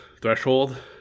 threshold